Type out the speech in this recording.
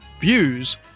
views